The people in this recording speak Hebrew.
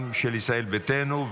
גם של ישראל ביתנו.